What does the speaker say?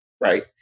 Right